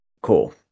Cool